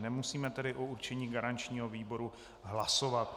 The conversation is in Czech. Nemusíme tedy o určení garančního výboru hlasovat.